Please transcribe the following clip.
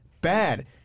bad